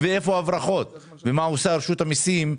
הברחות, מה עושה רשות המסים?